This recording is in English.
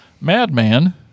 Madman